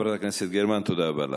חברת הכנסת גרמן, תודה רבה לך.